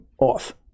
off